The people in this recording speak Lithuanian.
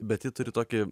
bet ji turi tokį